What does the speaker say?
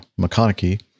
McConaughey